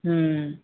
ହୁଁ